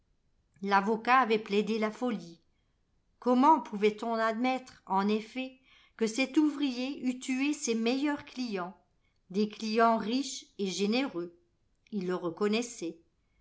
l'avocat avait plaidé la folie comment pouvait-on admettre en effet que cet ouvrier eût tué ses meilleurs clients des clients riches et généreux il le reconnaissait